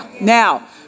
Now